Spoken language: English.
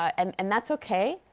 and and that's okay.